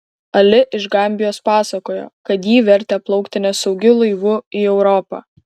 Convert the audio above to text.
ali iš gambijos pasakojo kad jį vertė plaukti nesaugiu laivu į europą